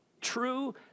True